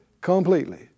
completely